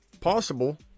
Possible